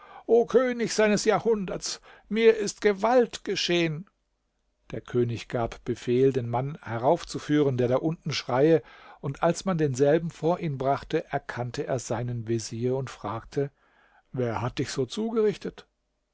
o könig seines jahrhunderts mir ist gewalt geschehen der könig gab befehl den mann heraufzuführen der da unten schreie und als man denselben vor ihn brachte erkannte er seinen vezier und fragte wer hat dich so zugerichtet